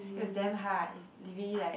it was damn hard it's really like